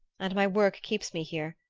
and my work keeps me here.